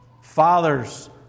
fathers